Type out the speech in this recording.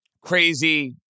crazy